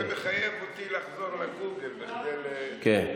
זה מחייב אותי לחזור לגוגל כדי ללמוד.